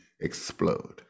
explode